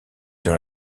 dans